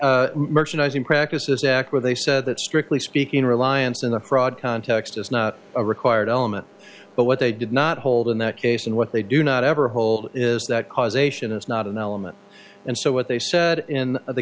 missouri merchandising practices act where they said that strictly speaking reliance in a fraud context is not a required element but what they did not hold in that case and what they do not ever hold is that causation is not an element and so what they said in the